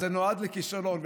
אז זה נועד לכישלון.